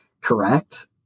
correct